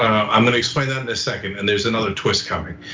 i'm gonna explain that in a second and there's another twist coming.